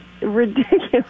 ridiculous